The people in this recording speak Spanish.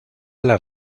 las